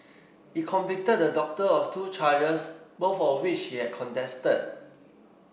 it convicted the doctor of two charges both of which he had contested